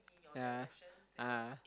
ya (uh huh)